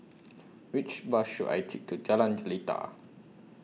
Which Bus should I Take to Jalan Jelita